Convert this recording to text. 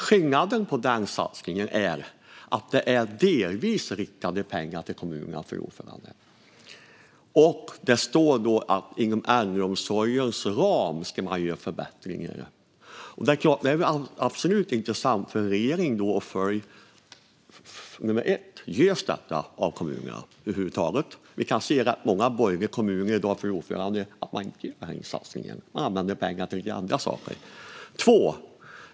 Skillnaden på den satsningen är att det är delvis riktade pengar till kommunerna, fru talman. Det står att man ska göra förbättringar inom äldreomsorgens ram. Det är absolut intressant för regeringen att då följa det. Det första är: Görs detta av kommunerna över huvud taget? Vi kan se att rätt många borgerliga kommuner i dag inte gör den satsningen. De använder pengarna till andra saker.